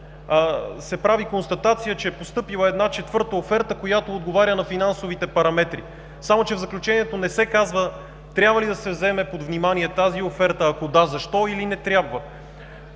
се прави констатация, че е постъпила четвърта оферта, която отговаря на финансовите параметри. Само че в заключението не се казва трябва ли да се вземе под внимание тази оферта, ако да – защо, или не трябва.